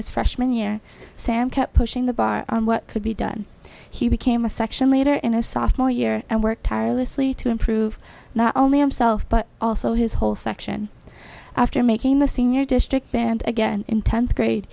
his freshman year sam kept pushing the bar on what could be done he became a section leader in his sophomore year and work tirelessly to improve not only him self but also his whole section after making the senior district band again in tenth grade